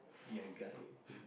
we are guy